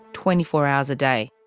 twenty four hours a day,